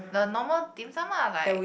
the normal dim-sum ah like